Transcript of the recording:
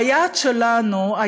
והיעד שלנו,